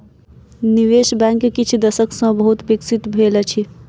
निवेश बैंक किछ दशक सॅ बहुत विकसित भेल अछि